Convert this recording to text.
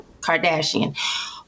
Kardashian